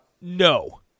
No